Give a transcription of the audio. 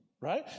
Right